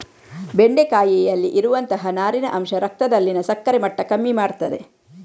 ಬೆಂಡೆಕಾಯಿಯಲ್ಲಿ ಇರುವಂತಹ ನಾರಿನ ಅಂಶ ರಕ್ತದಲ್ಲಿನ ಸಕ್ಕರೆ ಮಟ್ಟ ಕಮ್ಮಿ ಮಾಡ್ತದೆ